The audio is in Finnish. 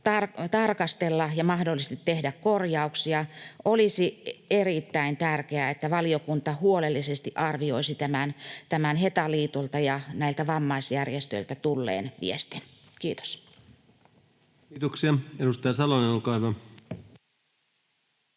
tarkastella ja mahdollisesti tehdä korjauksia. Olisi erittäin tärkeää, että valiokunta huolellisesti arvioisi tämän Heta-liitolta ja näiltä vammaisjärjestöiltä tulleen viestin. — Kiitos. Kiitoksia. — Edustaja Salonen, olkaa hyvä.